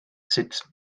sut